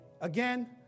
again